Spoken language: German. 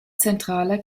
zentraler